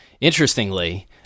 Interestingly